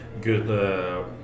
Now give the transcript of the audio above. good